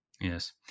Yes